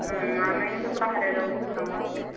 ଆମେ କିନ୍ତୁ ବାହାରେ ରହୁଛୁ ସମସ୍ତେ